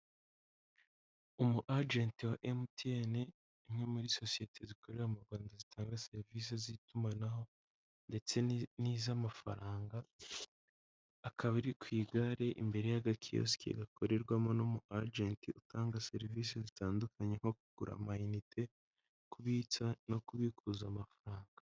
Umwajenti wa MTN, imwe muri sosiyete zikorera mu Rwanda zitanga serivisi z'itumanaho ndetse n'iz'amafaranga, akaba ari ku igare imbere y'agakiyisike gakorerwamo na ajenti utanga serivisi zitandukanye nko kugura amayinite, kubitsa no kubikuza amafaranga.